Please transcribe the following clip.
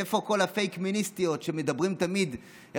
איפה כל הפייק-מיניסטיות שמדברות תמיד על